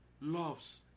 loves